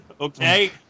Okay